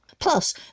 Plus